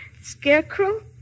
Scarecrow